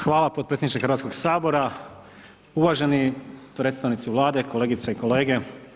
Hvala potpredsjedniče Hrvatskoga sabora, uvaženi predstavnici Vlade, kolegice i kolege.